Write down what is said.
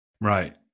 right